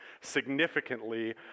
significantly